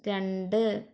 രണ്ട്